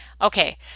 Okay